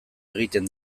egiten